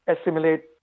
assimilate